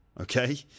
Okay